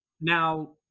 now